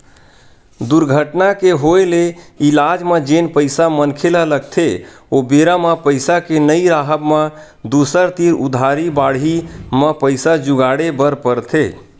दुरघटना के होय ले इलाज म जेन पइसा मनखे ल लगथे ओ बेरा म पइसा के नइ राहब म दूसर तीर उधारी बाड़ही म पइसा जुगाड़े बर परथे